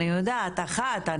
אני יודעת אחת,